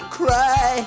cry